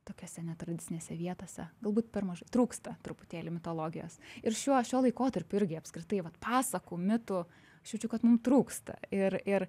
tokiose netradicinėse vietose galbūt per mažai trūksta truputėlį mitologijos ir šiuo šiuo laikotarpiu irgi apskritai vat pasakų mitų aš jaučiu kad mum trūksta ir ir